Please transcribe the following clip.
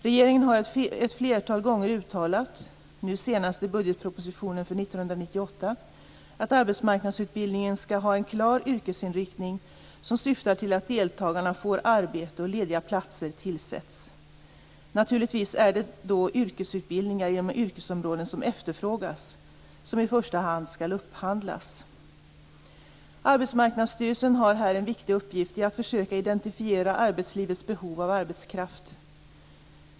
Regeringen har ett flertal gånger uttalat, nu senast i budgetpropositionen för 1998, att arbetsmarknadsutbildningen skall ha en klar yrkesinriktning som syftar till att deltagaren får arbete och att lediga platser tillsätts. Naturligtvis är det då yrkesutbildningar inom yrkesområden som efterfrågas, som i första hand skall upphandlas. Arbetsmarknadsstyrelsen har här en viktig uppgift i att försöka identifiera arbetslivets behov av arbetskraft.